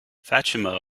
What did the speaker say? fatima